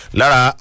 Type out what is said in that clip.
lara